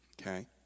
okay